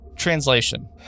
translation